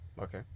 okay